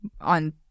on